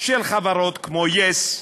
של חברות כמו yes,